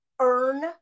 earn